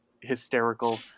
hysterical